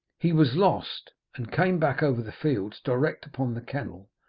he was lost, and came back over the fields direct upon the kennel,